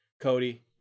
Cody